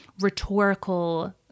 rhetorical